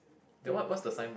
two goats with a